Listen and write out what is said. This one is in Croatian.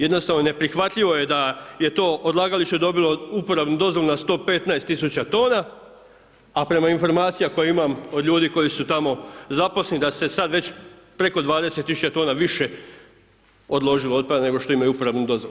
Jednostavno neprihvatljivo je da je to odlagalište dobilo uporabnu dozvolu na 115 tisuća tona, a prema informacija koje imam od ljudi, koji su tamo zaposleni, da se sada već preko 20 tisuća tona više odložilo otpada, nego što imaju upravnu dozvolu.